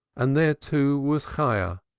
and there, too, was chayah,